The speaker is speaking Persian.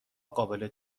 قابل